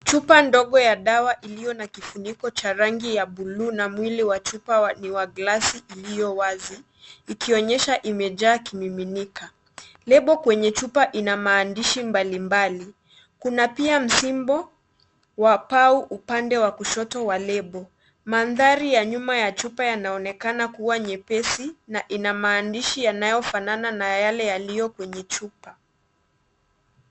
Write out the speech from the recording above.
Chupa ndogo ya dawa iliyo na kifuniko cha rangi ya buluu na mwili wa chupa ni wa glasi iliyo wazi, ikionyesha imejaa kimiminika. Lebo kwenye chupa ina maandishi mbalimbali ,kuna pia msimbo wa pau upande wa kushoto wa lebo. Mandhari ya nyuma ya chupa yanaonekana kuwa nyepesi na ina maandishi yanayofanana na yale yaliyo kwenye chupa.